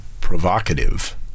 provocative